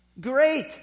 great